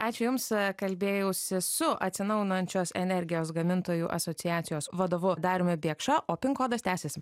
ačiū jums kalbėjausi su atsinaujinančios energijos gamintojų asociacijos vadovu dariumi biekša o kodas tęsiasi